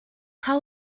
how